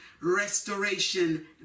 restoration